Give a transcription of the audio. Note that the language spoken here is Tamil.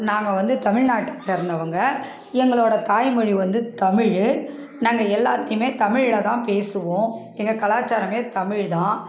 நாங்கள் வந்து தமிழ்நாட்டை சேர்ந்தவங்க எங்களோட தாய்மொழி வந்து தமிழ் நாங்கள் எல்லாத்தையுமே தமிழ்ல தான் பேசுவோம் எங்கள் கலாச்சாரமே தமிழ் தான்